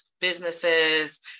businesses